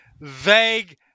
vague